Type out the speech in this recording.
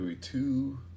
two